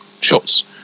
shots